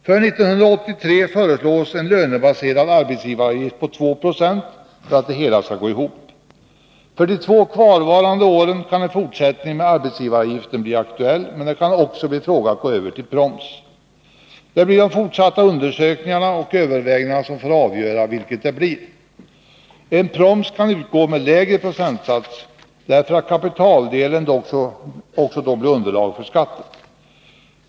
För 1983 föreslås en lönebaserad arbetsgivaravgift på 2 90 för att det hela skall gå ihop. För de två kvarvarande åren kan en fortsättning med arbetsgivaravgiften bli aktuell, men det kan också bli fråga om att gå över till proms. Fortsatta undersökningar och överväganden får avgöra vilket det blir. En proms kan utgå med lägre procentsats, därför att kapitaldelen då också blir underlag för skatten.